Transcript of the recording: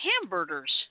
hamburgers